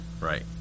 Right